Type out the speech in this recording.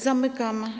Zamykam.